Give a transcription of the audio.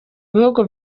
bihugu